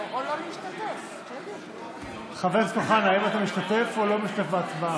הכנסת אוחנה, האם אתה משתתף או לא משתתף בהצבעה?